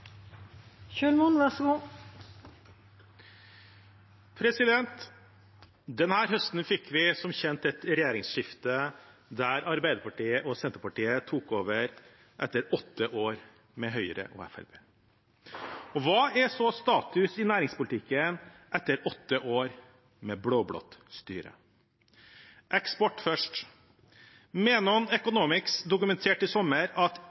Senterpartiet tok over etter åtte år med Høyre og Fremskrittspartiet. Og hva er så status i næringspolitikken etter åtte år med blå-blått styre? Eksport først: Menon Economics dokumenterte i sommer at